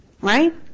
right